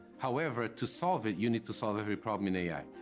however, to solve it, you need to solve every problem in a i.